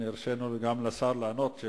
הרשינו לשר לענות.